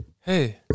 hey